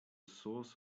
source